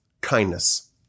kindness